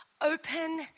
open